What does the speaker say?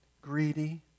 greedy